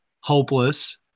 hopeless